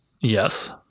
Yes